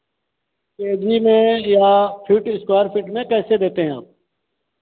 के जी में या फीट स्क्वायर फीट में कैसे देते हैं आप